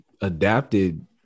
adapted